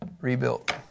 rebuilt